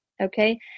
Okay